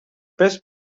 best